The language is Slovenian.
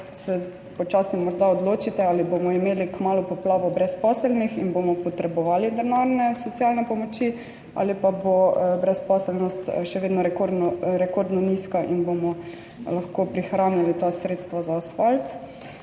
se počasi morda odločite, ali bomo imeli kmalu poplavo brezposelnih in bomo potrebovali denarne socialne pomoči ali pa bo brezposelnost še vedno rekordno nizka in bomo lahko prihranili ta sredstva za asfalt.